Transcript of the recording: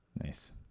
Nice